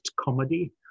comedy